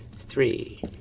three